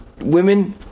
women